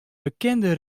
bekende